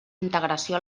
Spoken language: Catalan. integració